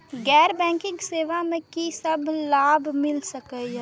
गैर बैंकिंग सेवा मैं कि सब लाभ मिल सकै ये?